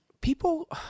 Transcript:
People